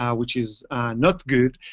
yeah which is not good.